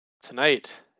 Tonight